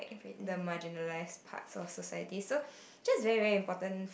the marginalized part of society so just very very important